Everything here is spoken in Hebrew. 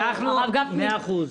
הרב גפני,